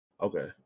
Okay